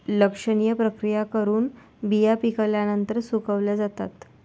लक्षणीय प्रक्रिया करून बिया पिकल्यानंतर सुकवल्या जातात